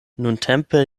nuntempe